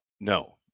no